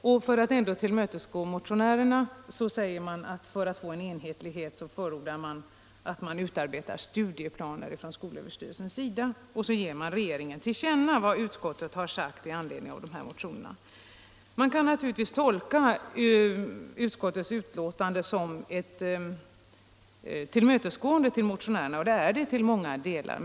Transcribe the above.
Men för att trots allt tillmötesgå motionärerna förordar utskottet sedan att skolöverstyrelsen skall utarbeta studieplaner för åstadkommande av enhetlighet och uttalar också att riksdagen bör ge regeringen till känna vad utskottet sagt i anledning av motionerna i fråga. Man kan naturligtvis tolka utskottets betänkande som ett tillmötesgående mot motionärerna, och det är det i många delar.